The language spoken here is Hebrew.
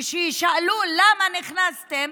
כשישאלו למה נכנסתם,